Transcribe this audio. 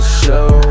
show